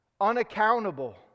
Unaccountable